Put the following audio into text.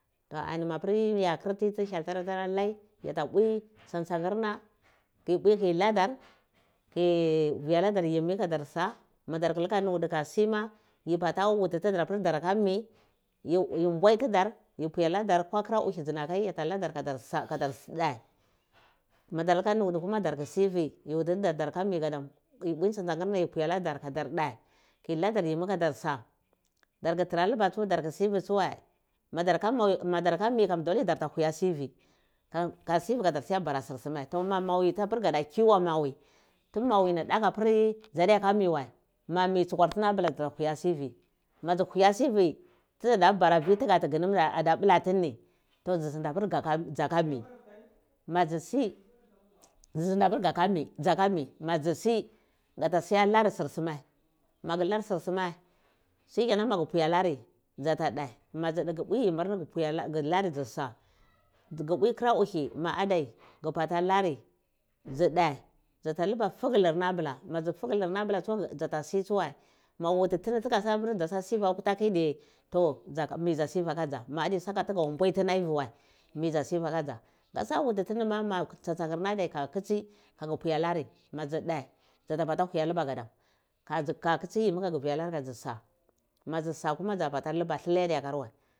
Ani mapri yini ya kir ti tu sa hyel tara lai yata bwi tsan tsanirna ki bui ki ladar ki vialadar gimmi kadarsa madarku luba nude kasima yi bata wuti tudar apir darka mi yi mbwoi tudar yi pwi aladar ko kira uhidza na kai yata ladar kada so kadar suma madar luka nuda kuma darku sivi yi wuti tidar darka mi gadamu yi bwi tson tsoni, dar yi bwi aladar gadomu kadar dhe kila dar yimmi kadarsa darkutara luba tsu dar ka sivi tsuwai madarka mi tsuwai dolai tsa dar ta sivi ka siya bara sirsama to mawipir ga da kiwo mawi tu mawi ni kur pir dzadiyaka mi wai ma mi tsukwar tini abula dzu huya sivi ma dzi huya sivi du dzata bara vi tiga ti gu nnumghueh ada bulatinini to gi zindi apir dzaka mi ma dzi si gu sindi apir gah ka mi madzi si gata suwalar sir suma magular sur sumu shihenan magu pwialari dzata dhe ma dzu deh gha pwi yimmir ni ghu lari dzi sa ghu pwi kura uhi maada ghu bata luri dzi deh dzata luba figilirni abila mudzi figilir ni abila tsuwai dza tasi tsuwai ma wati tini apir dzata sivi akwa kara kini to midza sivia ka dza ma adi saka tuga mbwai tini aivi wai mi dza sivi aka dzeh masiya wuti tini ma ma tsan tani adai ka kitsi gaga pwi alari madzi dha dza ta bala huga tuba gadam kagi ka titsi yimmi abila ka viyular ka dzisa madzi sa kuma dzabata luba dliyaradi yakar wai